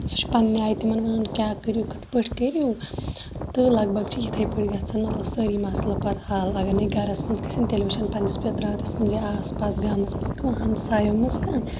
سُہ چھُ پَننہِ آیہِ تِمَن وَنان کیاہ کٔرِو کِتھ پٲٹھۍ کٔرِو تہٕ لَگ بَگ چھِ یِتھے پٲٹھۍ گَژھان مَطلَب سٲری مَسلہٕ پَتہٕ حَل اَگَر نہٕ گَرَس مَنٛز گَژھَن تیٚلہِ وٕچھَن پَننِس پتراتَس مَنٛز یا آس پاس گامَس مَنٛز کانٛہہ ہَمسایو مَنٛز کانٛہہ